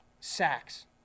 sacks